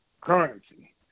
currency